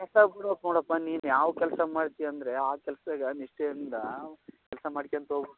ಕಷ್ಟ ಬಿಳ್ಬೇಕ್ ನೋಡಪ್ಪ ನೀನು ಯಾವ ಕೆಲಸ ಮಾಡ್ತಿ ಅಂದರೆ ಆ ಕೆಲಸ್ದಾಗ ನಿಷ್ಠೆಯಿಂದ ಕೆಲಸ ಮಾಡ್ಕೊತ ಹೋಬಕ್